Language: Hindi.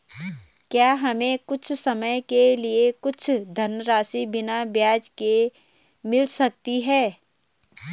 क्या हमें कुछ समय के लिए कुछ धनराशि बिना ब्याज के मिल सकती है?